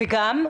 וגם,